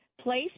place